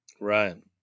Right